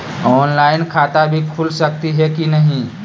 Online खाता भी खुल सकली है कि नही?